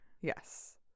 Yes